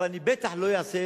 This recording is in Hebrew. אבל אני בטח לא אעשה